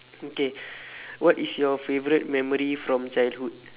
okay what is your favourite memory from childhood